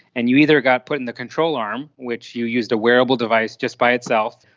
and you either got put in the control arm, which you used a wearable device just by itself,